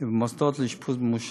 ובמוסדות לאשפוז ממושך.